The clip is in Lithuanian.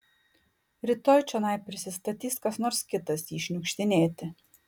rytoj čionai prisistatys kas nors kitas jį šniukštinėti